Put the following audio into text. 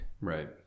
Right